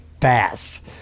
fast